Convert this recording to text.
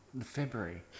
February